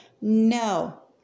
No